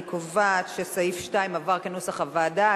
אני קובעת שסעיף 2 עבר כנוסח הוועדה.